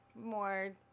more